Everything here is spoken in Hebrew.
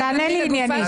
תענה לי עניינית.